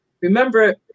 Remember